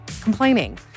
complaining